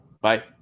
Bye